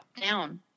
down